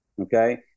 okay